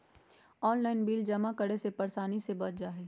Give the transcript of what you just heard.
Online bill जमा करे से परेशानी से बच जाहई?